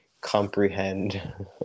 comprehend